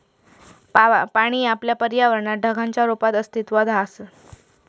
पाणी आपल्या पर्यावरणात ढगांच्या रुपात अस्तित्त्वात हा